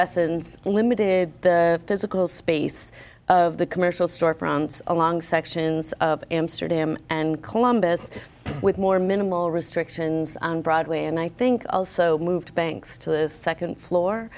essence limited the physical space of the commercial storefronts along sections of amsterdam and columbus with more minimal restrictions on broadway and i think also moved banks to the second floor